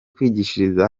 kwigishiriza